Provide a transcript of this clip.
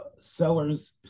Sellers